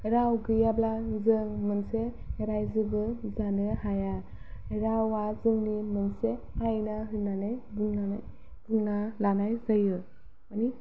राव गैयाब्ला जों मोनसे रायजोबो जानो हाया रावआ जोंनि मोनसे आइना होननानै बुंनानै बुंना लानाय जायो मानि